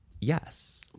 yes